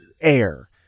air